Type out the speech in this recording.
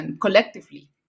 collectively